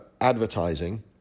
advertising